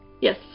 Yes